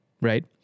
right